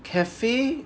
cafe